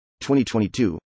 2022